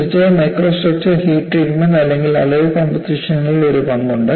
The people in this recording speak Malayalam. തീർച്ചയായും മൈക്രോസ്ട്രക്ചർ ഹീറ്റ് ട്രീറ്റ്മെൻറ് അല്ലെങ്കിൽ അലോയ് കോമ്പോസിഷനുകൾക്ക് ഒരു പങ്കുണ്ട്